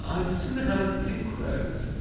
i'd sooner have a pink rose.